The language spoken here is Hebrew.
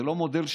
זה לא מודל שלי,